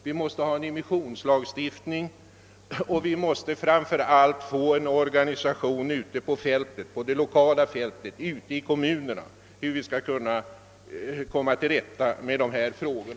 Vi måste få en immissionslagstiftning, och vi måste framför allt få en organisation ute på det lokala fältet, i kommunerna, för att komma till rätta med dessa frågor.